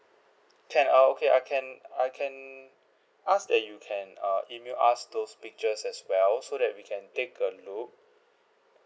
can uh okay I can I can ask that you can uh email us those pictures as well so that we can take a look